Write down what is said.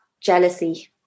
jealousy